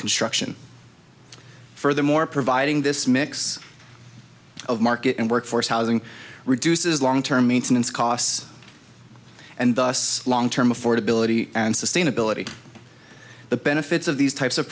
construction furthermore providing this mix of market and workforce housing reduces long term maintenance costs and thus long term affordability and sustainability the benefits of these types of